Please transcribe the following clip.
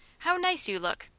how nice you look!